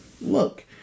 look